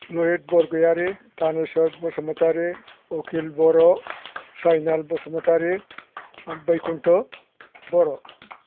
Lohit Borgoyari Thaneswar Basumatary Ukhil Boro Sainal Basumatary Baikuntha' Bodo